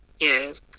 Yes